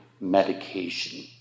medication